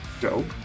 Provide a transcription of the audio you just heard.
Dope